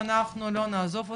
שאנחנו לא נעזוב אותם,